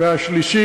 והשלישית,